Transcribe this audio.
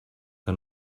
que